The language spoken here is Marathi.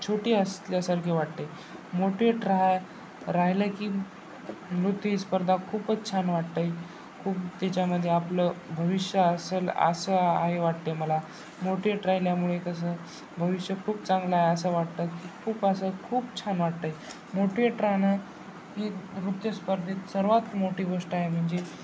छोटी असल्यासारखे वाटते मोटिवेट राहा राहिलं की नृत्य ही स्पर्धा खूपच छान वाटत आहे खूप त्याच्यामध्ये आपलं भविष्य असेल असं आहे वाटतं मला मोटिवेट राहिल्यामुळे कसं भविष्य खूप चांगलं आहे असं वाटतं की खूप असं खूप छान वाटत आहे मोटिवेट राहणं हे नृत्यस्पर्धेत सर्वात मोठी गोष्ट आहे म्हणजे